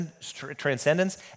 transcendence